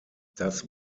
das